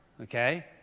Okay